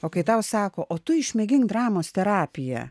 o kai tau sako o tu išmėgink dramos terapiją